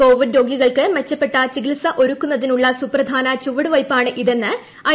Covid രോഗികൾക്ക് ട്രമെച്ചപ്പെട്ട ചികിത്സ ഒരുക്കുന്നതിനുളള സൂപ്രധാന ചുവടുവയ്പ്പാണ് ഇതെന്ന് ഐ